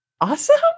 awesome